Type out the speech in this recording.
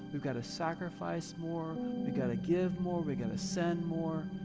we've gotta sacrifice more. we gotta give more. we gotta send more.